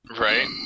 Right